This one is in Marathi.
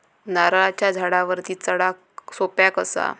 नारळाच्या झाडावरती चडाक सोप्या कसा?